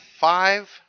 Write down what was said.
five